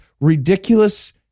ridiculous